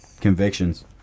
convictions